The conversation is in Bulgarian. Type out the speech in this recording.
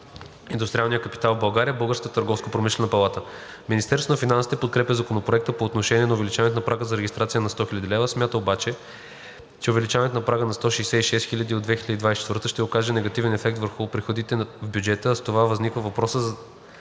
Министерството на финансите подкрепя Законопроекта по отношение на увеличаването на прага за регистрация на 100 хил. лв. Смятат обаче, че увеличението на прага на 166 хил. лв. от 2024 г. ще окаже негативен ефект върху приходите в бюджета, а с това възниква въпросът за